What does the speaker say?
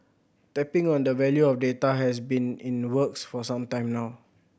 tapping on the value of data has been in the works for some time now